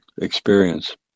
experience